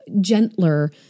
gentler